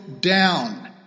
down